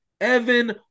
Evan